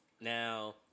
now